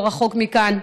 לא רחוק מכאן.